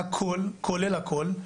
הכול כולל הכול,